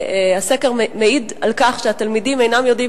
הסקר מעיד על כך שהתלמידים אינם יודעים